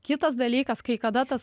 kitas dalykas kai kada tas